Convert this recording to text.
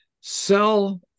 sell